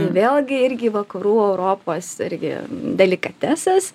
vėlgi irgi vakarų europos irgi delikatesas